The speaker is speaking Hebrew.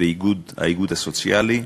והאיגוד הסוציאלי.